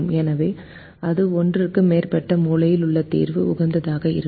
எனவே இது ஒன்றுக்கு மேற்பட்ட மூலையில் உள்ள தீர்வு உகந்ததாக இருக்கும்